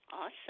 Awesome